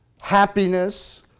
happiness